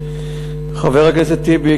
חבר הכנסת טיבי,